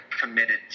committed